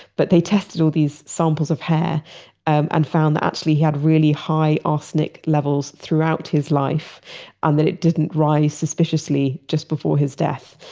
but they tested all these samples of hair and found that actually he had really high arsenic levels throughout his life and that it didn't rise suspiciously just before his death.